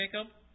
Jacob